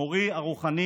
מורי הרוחני,